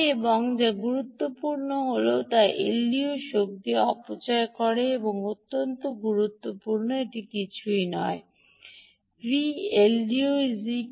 এবং যা গুরুত্বপূর্ণ তা হল এলডিওর শক্তি অপচয় হল এটি অত্যন্ত গুরুত্বপূর্ণ এটি কিছুই নয় তবে PLDOV